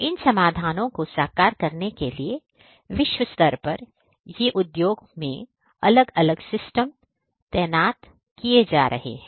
इन समाधानों को साकार करने के लिए विश्व स्तर पर ये उद्योग में अलग अलग सिस्टम तैनात किए जा रहे हैं